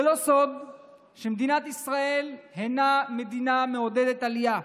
זה לא סוד שמדינת ישראל היא מדינה מעודדת עלייה,